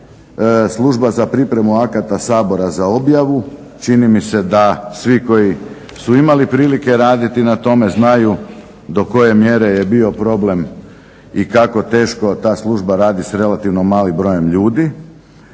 Služba za pripremu akata Sabora za objavu. Čini mi se da svi koji su imali prilike raditi na tome znaju do koje mjere je bio problem i kako teško ta služba radi s relativno malim brojem ljudi.